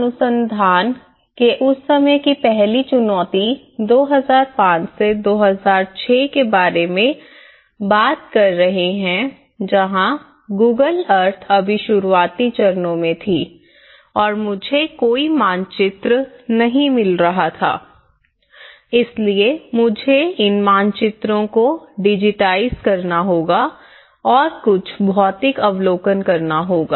हम अनुसंधान के उस समय की पहली चुनौती 2005 2006 के बारे में बात कर रहे हैं जहाँ गूगल अर्थ अभी शुरुआती चरणों में थी और मुझे कोई मानचित्र नहीं मिल रहा था इसलिए मुझे इन मानचित्रों को डिजिटाइज़ करना होगा और कुछ भौतिक अवलोकन करना होगा